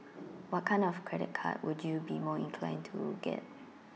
what kind of credit card would you be more inclined to get